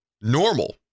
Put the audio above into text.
normal